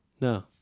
No